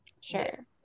Sure